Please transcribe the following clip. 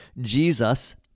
Jesus